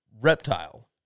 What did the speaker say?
reptile